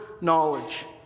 knowledge